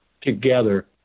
together